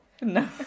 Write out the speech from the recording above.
No